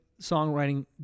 songwriting